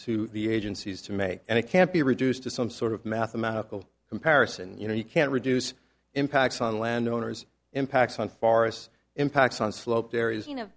to the agencies to make and it can't be reduced to some sort of mathematical comparison you know you can't reduce impacts on land owners impacts on forests impacts on sloped areas you know